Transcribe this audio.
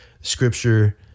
scripture